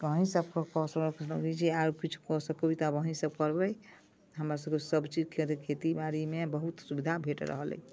अहिँ सब कऽ सकैत छी आर किछु कऽ सकबै तऽ अहिँ सब करबै हमरा सबके सब चीजके खेती बारीमे बहुत सुविधा भेट रहल अइ